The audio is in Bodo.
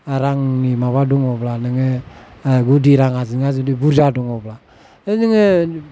रांनि माबा दङब्ला नोङो गुदि राङा नोंहा जुदि बुरजा दङब्ला जोङो